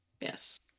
Yes